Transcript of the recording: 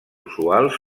usuals